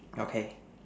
okay